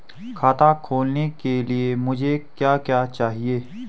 खाता खोलने के लिए मुझे क्या क्या चाहिए?